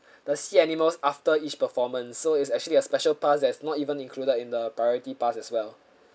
the sea animals after each performance so it's actually a special pass that's not even included in the priority pass as well